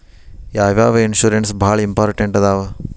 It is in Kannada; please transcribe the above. ಯಾವ್ಯಾವ ಇನ್ಶೂರೆನ್ಸ್ ಬಾಳ ಇಂಪಾರ್ಟೆಂಟ್ ಅದಾವ?